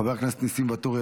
חבר הכנסת ניסים ואטורי,